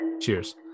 Cheers